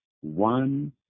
One